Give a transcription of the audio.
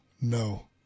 No